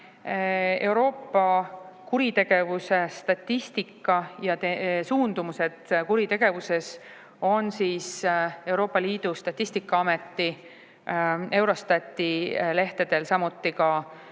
Euroopa kuritegevuse statistika ja suundumused kuritegevuses on Euroopa Liidu statistikaameti Eurostati lehtedel, samuti Europoli